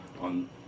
on